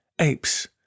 apes